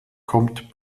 kommt